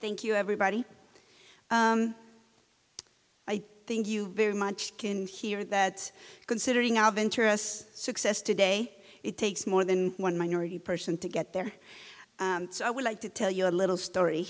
thank you everybody i think you very much can hear that considering our venturous success today it takes more than one minority person to get there so i would like to tell you a little story